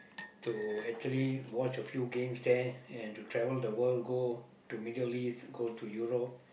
to actually watch a few games there and to travel the world go to Middle-East go to Europe